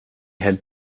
had